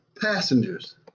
passengers